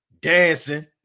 dancing